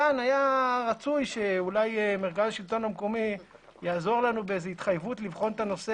כאן היה רצוי שמנכ"ל השלטון המקומי יעזור לנו בהתחייבות לבחון את הנושא